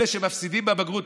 אלה שמפסידים בבגרות,